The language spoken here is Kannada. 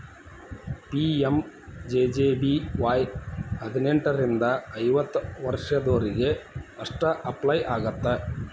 ಪಿ.ಎಂ.ಜೆ.ಜೆ.ಬಿ.ವಾಯ್ ಹದಿನೆಂಟರಿಂದ ಐವತ್ತ ವರ್ಷದೊರಿಗೆ ಅಷ್ಟ ಅಪ್ಲೈ ಆಗತ್ತ